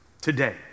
today